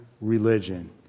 religion